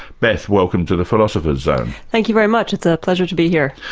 beth, welcome to the philosopher's zone. thank you very much, it's a pleasure to be here.